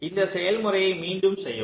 இந்த செயல்முறையை மீண்டும் செய்யவும்